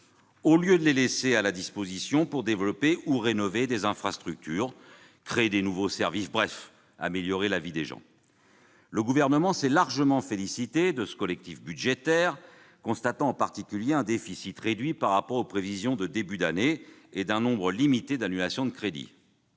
au lieu de les laisser à disposition pour développer ou rénover des infrastructures, pour créer de nouveaux services, bref, pour améliorer la vie des gens. Le Gouvernement s'est largement félicité de ce collectif budgétaire, constatant en particulier un déficit réduit par rapport aux prévisions de début d'année et un nombre limité d'annulations de crédits.